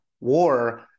War